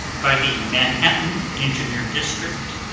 by the manhattan engineer district,